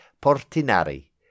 Portinari